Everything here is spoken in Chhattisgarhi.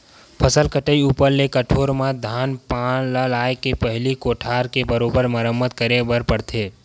फसल कटई ऊपर ले कठोर म धान पान ल लाए के पहिली कोठार के बरोबर मरम्मत करे बर पड़थे